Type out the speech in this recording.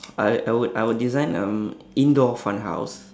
I I would I would design um indoor fun house